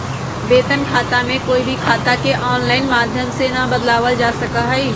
वेतन खाता में कोई भी खाता के आनलाइन माधम से ना बदलावल जा सका हई